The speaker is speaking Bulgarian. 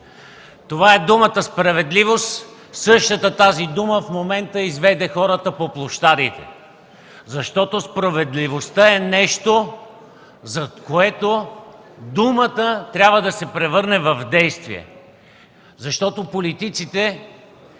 Това е думата „справедливост”! Същата тази дума в момента изведе хората по площадите. Защото справедливостта е нещо, зад което думата трябва да се превърне в действие. Защото политиците